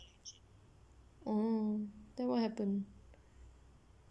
oh then what happen